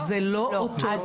זה לא אותו הדבר.